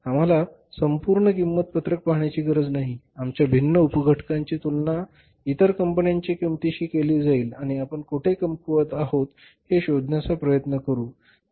आम्हाला संपूर्ण किंमत पत्रक पाहण्याची गरज नाही आमच्या भिन्न उपघटकांची तुलना इतर कंपन्यांच्या किंमतीशी केली जाईल आणि आपण कोठे कमकुवत आहेत हे शोधण्याचा प्रयत्न करू